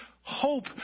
hope